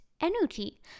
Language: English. energy